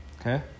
Okay